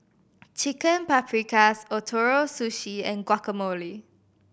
Chicken Paprikas Ootoro Sushi and Guacamole